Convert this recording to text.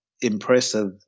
Impressive